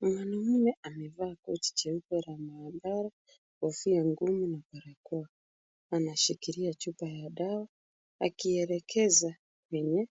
Mwanaume amevaa koti jeupe la maabara, kofia ngumu na barakoa anashikilia chupa ya dawa akielekeza kwenye